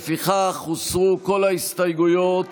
לפיכך הוסרו כל ההסתייגויות